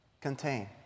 contain